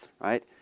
Right